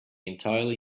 entirely